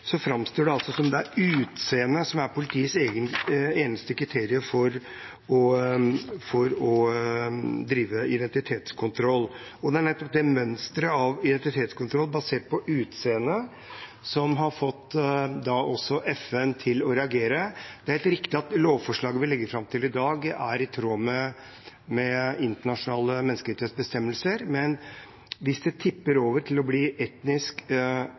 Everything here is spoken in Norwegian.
framstår det som det er utseende som er politiets eneste kriterium for å drive identitetskontroll. Det er nettopp det mønsteret i identitetskontroll basert på utseende som har fått FN til å reagere. Det er helt riktig at lovforslaget vi legger fram i dag, er i tråd med internasjonale menneskerettighetsbestemmelser, men hvis det tipper over til å bli etnisk